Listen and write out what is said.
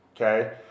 okay